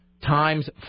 times